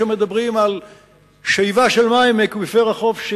יש המדברים על שאיבה של מים מאקוויפר החוף,